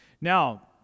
Now